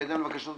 בהתאם לבקשתו,